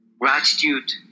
gratitude